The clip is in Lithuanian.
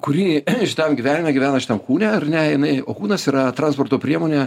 kuri tam gyvenime gyvena šitam kūne ar ne jinai o kūnas yra transporto priemonė